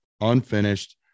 unfinished